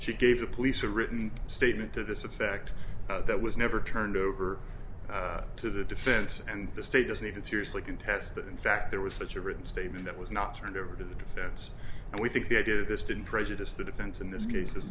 she gave the police a written statement to this effect that was never turned over to the defense and the state doesn't even seriously contest that in fact there was such a written statement that was not turned over to the defense and we think the idea that this didn't prejudice the defense in this case is